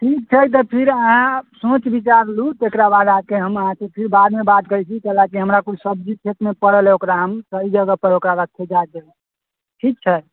ठीक छै तऽ फिर अहाँ सोच विचार लू तेकरा बाद आके हम अहाँके फिर बादमे बात करै छी काहे लअ कुछ सब्जी खेतमे पड़ल अछि ओकरा हम सही जगहपर ओकरा रखै जाइ छियै ठीक छै